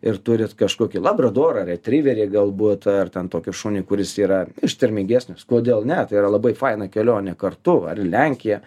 ir turit kažkokį labradorą retriverį galbūt ar ten tokį šunį kuris yra ištvermingesnis kodėl ne tai yra labai faina kelionė kartu ar į lenkiją